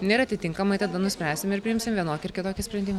na ir atitinkamai tada nuspręsime ar priimsim vienokį ar kitokį sprendimą